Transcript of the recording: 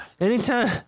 Anytime